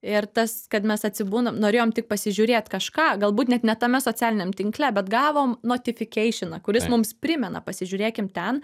ir tas kad mes atsibunom norėjom tik pasižiūrėt kažką galbūt net ne tame socialiniam tinkle bet gavom notifikeišioną kuris mums primena pasižiūrėkim ten